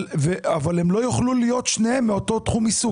אבל הם לא יוכלו להיות שניהם מאותו תחום עיסוק.